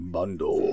Bundle